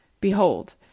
Behold